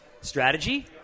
Strategy